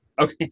Okay